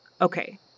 Okay